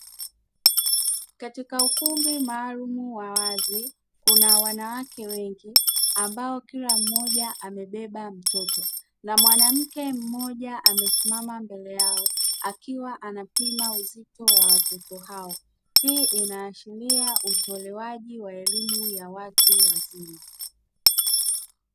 Katika ukumbi maalumu wa wazi unawanawake wengi ambao kila mmoja amebeba mtoto, na mwanamke mmoja amesimama mbele yao akiwa anapima uzito wa watoto hao; hii inashiria utolewaji wa elimu ya watu wazima.